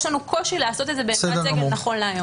יש לנו קושי לעשות את זה בעמדת סגל נכון להיום.